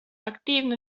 aktiivne